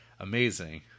Amazing